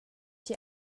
die